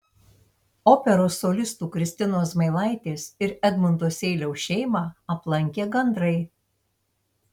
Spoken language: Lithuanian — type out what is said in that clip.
operos solistų kristinos zmailaitės ir edmundo seiliaus šeimą aplankė gandrai